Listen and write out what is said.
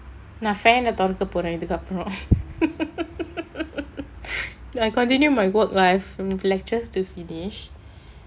நா:naa fan eh தொறக்க போறறேன் இதுக்கு அப்புறம்:thorakka poraen ithukku appuram I continue my work life I have lectures to finish